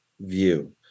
view